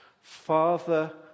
Father